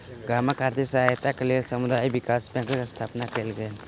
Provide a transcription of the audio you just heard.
गामक आर्थिक सहायताक लेल समुदाय विकास बैंकक स्थापना कयल गेल